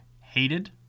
hated